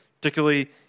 particularly